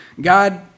God